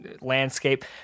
landscape